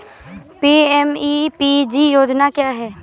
PMEPG योजना क्या है?